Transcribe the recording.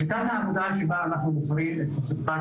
שיטת העבודה שבה אנחנו בוחרים את הספק